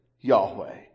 Yahweh